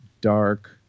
dark